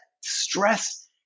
stress